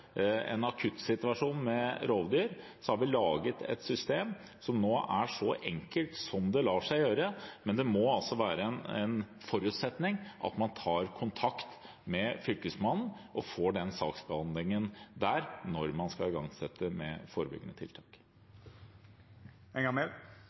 en akuttsituasjon med rovdyr, har vi laget et system som er så enkelt som det lar seg gjøre. Men det må være en forutsetning at man tar kontakt med Fylkesmannen og får saksbehandlingen der når man skal igangsette forebyggende